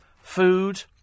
food